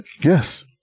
Yes